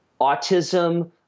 autism